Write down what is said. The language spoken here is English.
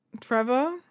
Trevor